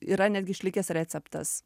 yra netgi išlikęs receptas